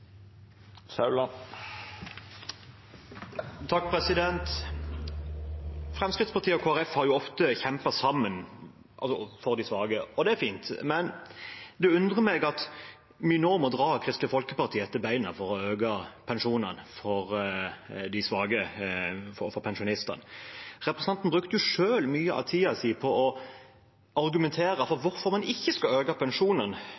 Fremskrittspartiet og Kristelig Folkeparti har ofte kjempet sammen for de svake, og det er fint. Men det undrer meg at vi nå må dra Kristelig Folkeparti etter beina for å øke pensjonene for de svake, for pensjonistene. Representanten brukte selv mye av tiden sin på å argumentere for hvorfor man ikke skal øke pensjonen,